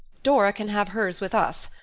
dora can have hers with us,